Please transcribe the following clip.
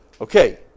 Okay